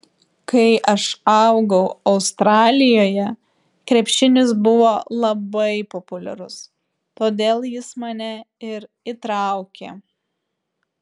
kai aš augau australijoje krepšinis buvo labai populiarus todėl jis mane ir įtraukė